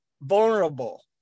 vulnerable